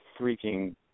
freaking